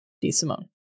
DeSimone